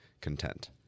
content